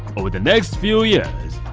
over the next few years,